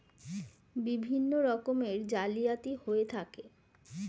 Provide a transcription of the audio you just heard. বিভিন্ন রকমের জালিয়াতি হয়ে থাকে